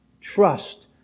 Trust